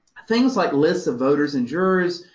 things like lists of voters and jurors,